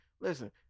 listen